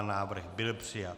Návrh byl přijat.